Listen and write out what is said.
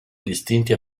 distinti